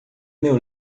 meu